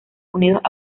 unidos